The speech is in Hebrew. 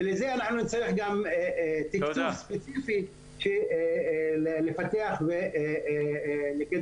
ולזה אנחנו נצטרך גם תקצוב כספי לפתח ולקדם.